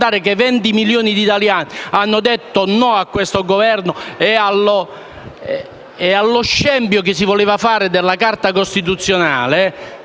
voglio ricordare che 20 milioni di italiani hanno detto no a questo Governo e allo scempio che si voleva fare della Carta costituzionale.